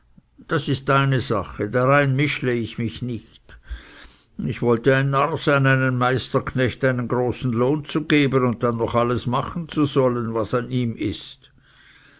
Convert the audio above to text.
das ist deine sache darein mischle ich mich nicht ich wollte ein narr sein einem meisterknecht einen großen lohn zu geben und dann noch alles machen zu sollen was an ihm ist